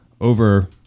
over